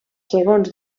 segons